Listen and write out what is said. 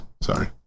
sorry